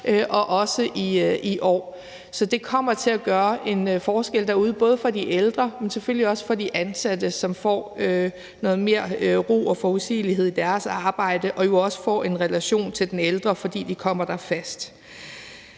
vi også i år. Så det kommer til at gøre en forskel derude, både for de ældre, men selvfølgelig også for de ansatte, som får noget mere ro og forudsigelighed i deres arbejde, og som jo også får en relation til den ældre, fordi de kommer der fast.